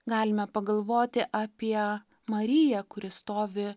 galime pagalvoti apie mariją kuri stovi